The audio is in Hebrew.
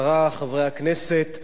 חברי הכנסת,